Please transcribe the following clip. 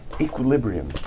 Equilibrium